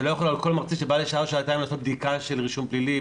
אתה לא יכול על כל מרצה שבא לשעה או שעתיים לעשות בדיקה של רישום פלילי,